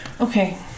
Okay